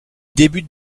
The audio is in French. débute